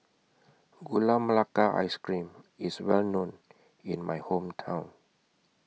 Gula Melaka Ice Cream IS Well known in My Hometown